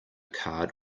card